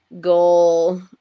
goal